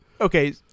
Okay